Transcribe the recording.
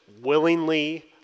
willingly